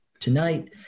tonight